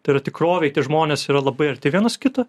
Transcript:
tai yra tikrovėj tie žmonės yra labai arti vienas kito